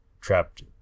trapped